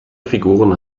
figuren